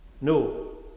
No